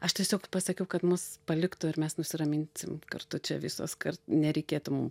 aš tiesiog pasakiau kad mus paliktų ir mes nusiraminsim kartu čia visos kad nereikėtų mum